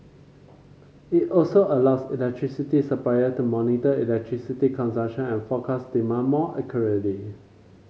it also allows electricity supplier to monitor electricity consumption and forecast demand more accurately